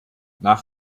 nach